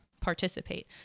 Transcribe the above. participate